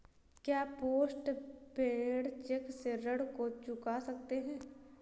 क्या post paid cheque से ऋण को चुका सकते हैं?